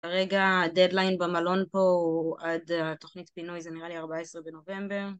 הרגע הדדליין במלון פה הוא עד התוכנית פינוי זה נראה לי 14 בנובמבר